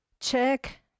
check